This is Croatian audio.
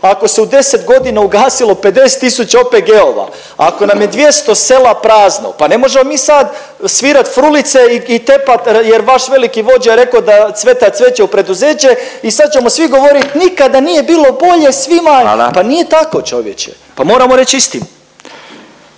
ako se u 10 godina ugasilo 50 tisuća OPG-ova, ako nam je 200 sela prazno pa ne možemo mi sad svirat frulice i tepat jer vaš veliki vođa je rekao da cveta cveće u preduzeće i sad ćemo svi govoriti nikada nije bolje svima … …/Upadica Furio Radin: